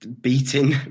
beating